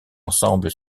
ensemble